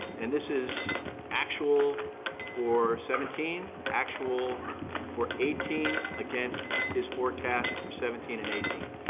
and this is actual for seventeen, actual for eighteen, against his forecast for seventeen and eighteen,